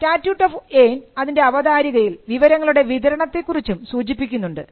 statute of ഏയ്ൻ അതിൻറെ അവതാരികയിൽ വിവരങ്ങളുടെ വിതരണത്തെ കുറിച്ചും സൂചിപ്പിക്കുന്നുണ്ട്